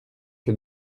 que